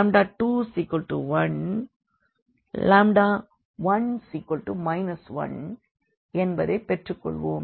1211 1என்பதைப் பெற்றுக்கொள்வோம்